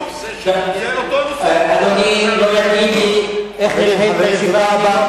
אדוני לא יגיד לי איך לנהל את הישיבה.